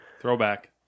Throwback